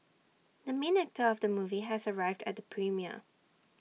the main actor of the movie has arrived at the premiere